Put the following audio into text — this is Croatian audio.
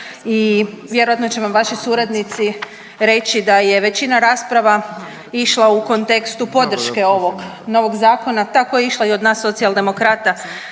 i vjerojatno će vam vaši suradnici reći da je većina rasprava išla u kontekstu podrške ovog novog zakona. Tako je išla i od nas Socijaldemokrata.